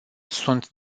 sunt